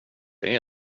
det